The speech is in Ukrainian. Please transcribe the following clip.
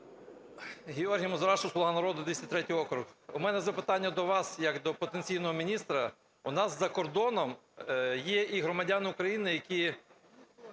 Георгій Мазурашу, "Слуга народу", 203 округ. У мене запитання до вас як до потенційного міністра. У нас за кордоном є і громадяни України, які